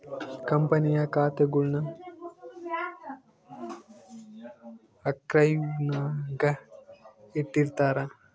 ಕಂಪನಿಯ ಖಾತೆಗುಳ್ನ ಆರ್ಕೈವ್ನಾಗ ಇಟ್ಟಿರ್ತಾರ